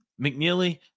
McNeely